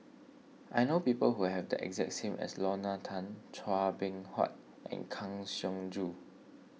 I know people who have the exact name as Lorna Tan Chua Beng Huat and Kang Siong Joo